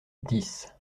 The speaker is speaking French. dix